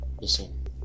listen